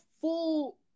full